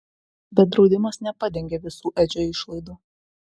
bet draudimas nepadengė visų edžio išlaidų